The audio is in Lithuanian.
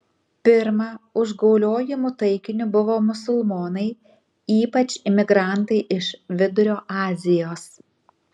pirma užgauliojimų taikiniu buvo musulmonai ypač imigrantai iš vidurio azijos